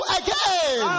again